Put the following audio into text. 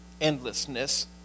endlessness